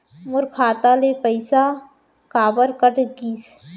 मोर खाता ले पइसा काबर कट गिस?